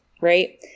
right